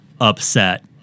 upset